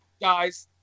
Guys